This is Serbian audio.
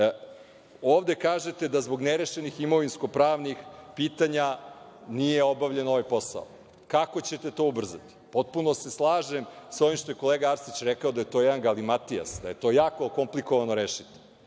ovde kažete da zbog ne rešenih imovinsko-pravnih pitanja nije obavljen ovaj posao. Kako ćete to ubrzati? Potpuno se slažem sa ovim što je kolega Arsić rekao da je to jedan galimatijast, da je to jako komplikovano rešiti.